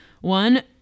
one